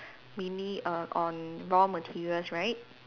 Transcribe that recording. mainly err on raw materials right